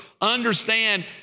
understand